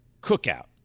cookout